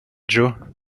joe